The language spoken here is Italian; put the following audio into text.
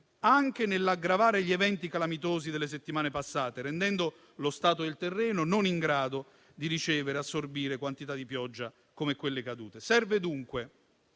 anche nell'aggravare gli eventi calamitosi delle settimane passate, rendendo lo stato del terreno non in grado di ricevere e assorbire quantità di pioggia come quelle cadute. Serve dunque